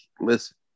listen